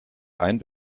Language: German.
ein